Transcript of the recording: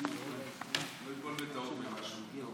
הנושא לוועדה לזכויות הילד נתקבלה.